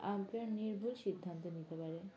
umpire নির্ভুল সিদ্ধান্ত নিতে পারেন